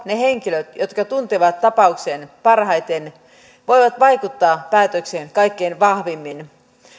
ne henkilöt jotka tuntevat tapauksen parhaiten voivat vaikuttaa päätökseen kaikkein vahvimmin